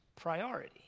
priority